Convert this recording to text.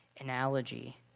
analogy